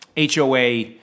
HOA